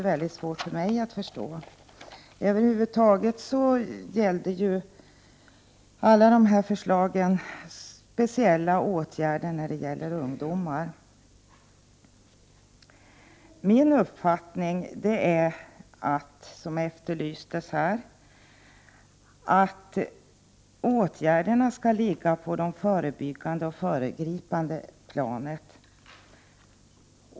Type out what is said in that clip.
Över huvud taget gällde alla de här förslagen speciella åtgärder för ungdomar. Min uppfattning, som efterlystes, är att åtgärderna skall ligga på det förebyggande och föregripande planet.